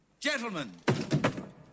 Gentlemen